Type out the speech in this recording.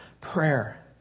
prayer